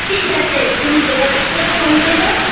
ঠিক আছে তুমি যোগাযোগ করে ফোন করো